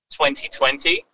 2020